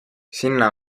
sinna